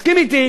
תסכים אתי,